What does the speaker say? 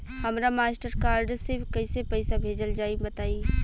हमरा Mastercard से कइसे पईसा भेजल जाई बताई?